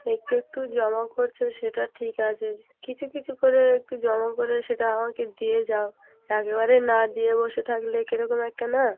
একটু একটু জমা করছ সেটা ঠিক আছে কিছু কিছু করে একটু জমা করে সেটা আমাকে দিয়ে যাও একেবারে না দিয়ে বসে থাকলে কিরকম একটা না